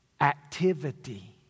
Activity